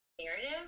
narrative